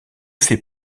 fais